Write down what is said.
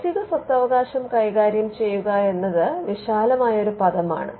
ബൌദ്ധിക സ്വത്തവകാശം കൈകാര്യം ചെയ്യുക എന്നത് വിശാലമായ ഒരു പദമാണ്